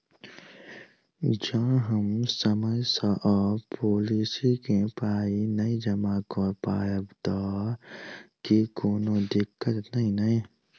जँ हम समय सअ पोलिसी केँ पाई नै जमा कऽ पायब तऽ की कोनो दिक्कत नै नै?